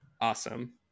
Awesome